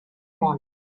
morning